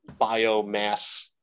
biomass